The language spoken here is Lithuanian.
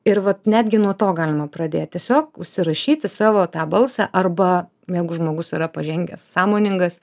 ir vat netgi nuo to galima pradėt tiesiog užsirašyti savo tą balsą arba jeigu žmogus yra pažengęs sąmoningas